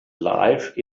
life